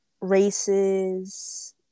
races